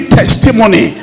testimony